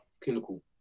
clinical